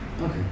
Okay